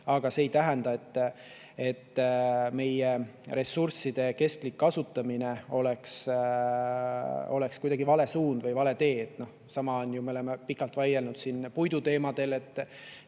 aga see ei tähenda, et meie ressursside kestlik kasutamine oleks kuidagi vale suund või vale tee. Samamoodi ju – me oleme pikalt vaielnud siin puiduteemal –